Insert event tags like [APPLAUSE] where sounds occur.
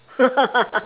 [LAUGHS]